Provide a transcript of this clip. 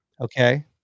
okay